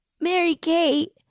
Mary-Kate